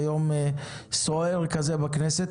ביום סוער כזה בכנסת.